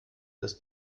des